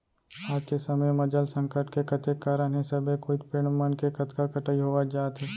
आज के समे म जल संकट के कतेक कारन हे सबे कोइत पेड़ मन के कतका कटई होवत जात हे